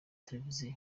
televiziyo